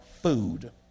food